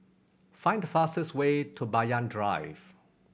find the fastest way to Banyan Drive